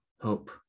hope